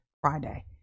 friday